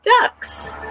Ducks